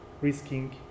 risking